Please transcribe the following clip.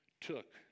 took